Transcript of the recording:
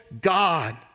God